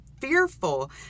fearful